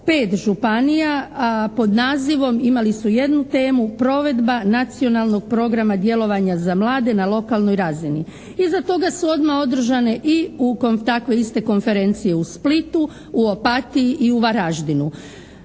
pet županija pod nazivom, imali su jednu temu "Provedba Nacionalnog programa djelovanja za mlade na lokalnoj razini". Iza toga su odmah održane i takve iste konferencije u Splitu, u Opatiji i u Varaždinu.